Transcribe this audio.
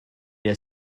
est